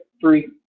three